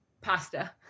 Pasta